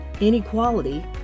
inequality